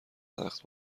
تخت